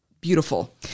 beautiful